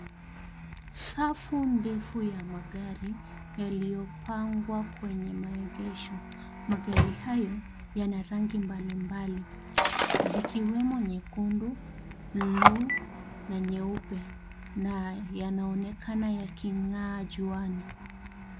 Safu ndefu ya magari yaliyopangwa kwenye maegesho. Magari hayo yana rangi mbalimbali; zikiwemo nyekundu, buluu na nyeupe na yanaonekana yaking'aa juani.